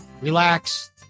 relax